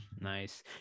nice